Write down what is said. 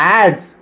ads